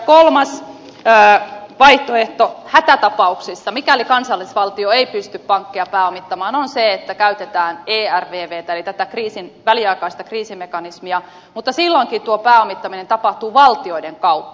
kolmas vaihtoehto hätätapauksissa mikäli kansallisvaltio ei pysty pankkeja pääomittamaan on se että käytetään ervvtä eli tätä väliaikaista kriisimekanismia mutta silloinkin tuo pääomittaminen tapahtuu valtioiden kautta